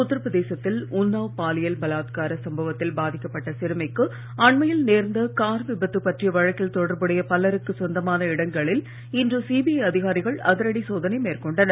உத்தரப் பிரதேசத்தில் உன்னாவ் பாலியல் பலாத்கார சம்பவத்தில் பாதிக்கப்பட்ட சிறுமிக்கு அன்மையில் நேர்ந்த கார் விபத்து பற்றிய வழக்கில் தொடர்புடைய பலருக்கு சொந்தமான இடங்களில் இன்று சிபிஐ அதிகாரிகள் அதிரடி சோதனை மேற்கொண்டனர்